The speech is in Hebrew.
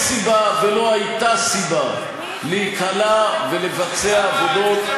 אין סיבה ולא הייתה סיבה להיקלע ולבצע עבודות,